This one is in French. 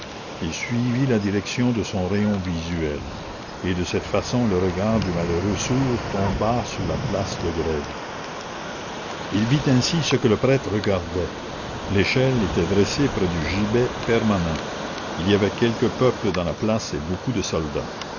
il suivit la direction de son rayon visuel et de cette façon le regard du malheureux sourd tomba sur la place de grève il vit ainsi ce que le prêtre regardait l'échelle était dressée près du gibet permanent il y avait quelque peuple dans la place et beaucoup de soldats